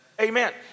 Amen